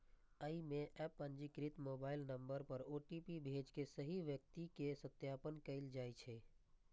अय मे एप पंजीकृत मोबाइल नंबर पर ओ.टी.पी भेज के सही व्यक्ति के सत्यापन कैल जाइ छै